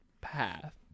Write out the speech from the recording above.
path